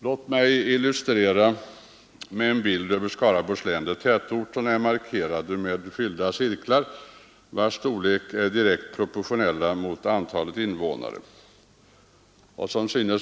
Låt mig på bildskärmen illustrera med en bild över Skaraborgs län, där tätorterna är markerade med fyllda cirklar, vilkas storlek är direkt proportionella mot antalet invånare.